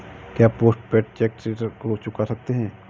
क्या post paid cheque से ऋण को चुका सकते हैं?